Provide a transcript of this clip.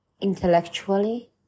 intellectually